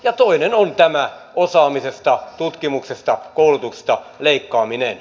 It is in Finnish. ja toinen on tämä osaamisesta tutkimuksesta koulutuksesta leikkaaminen